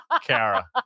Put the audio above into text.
Kara